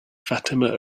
fatima